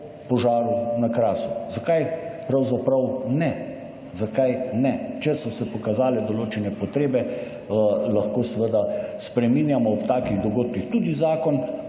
požaru na Krasu. Zakaj pravzaprav ne. Zakaj ne. Če so se pokazale določene potrebe, lahko seveda spreminjamo ob takih dogodkih tudi zakon.